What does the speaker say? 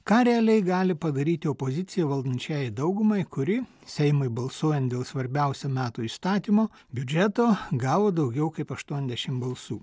ką realiai gali padaryti opozicija valdančiajai daugumai kuri seimui balsuojant dėl svarbiausio metų įstatymo biudžeto gavo daugiau kaip aštuoniasdešim balsų